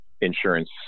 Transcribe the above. insurance